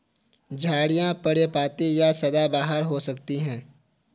झाड़ियाँ पर्णपाती या सदाबहार हो सकती हैं